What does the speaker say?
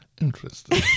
Interesting